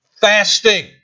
fasting